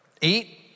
Eat